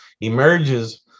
emerges